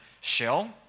shell